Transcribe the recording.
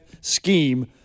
scheme